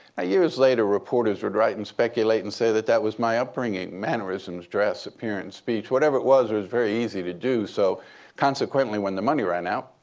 ah years later, reporters would write and speculate and say that that was my upbringing mannerisms, dress, appearance, speech. whatever it was, it was very easy to do. do. so consequently, when the money ran out,